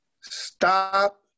Stop